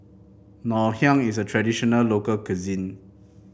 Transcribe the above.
Ngoh Hiang is a traditional local cuisine